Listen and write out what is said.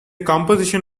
composition